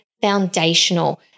foundational